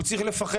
הוא צריך לפחד.